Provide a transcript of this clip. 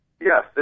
Yes